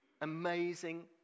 Amazing